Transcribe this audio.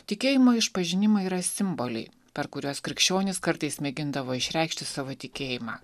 tikėjimo išpažinimai yra simboliai per kuriuos krikščionys kartais mėgindavo išreikšti savo tikėjimą